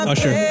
Usher